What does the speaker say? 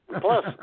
Plus